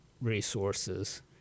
resources